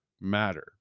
matter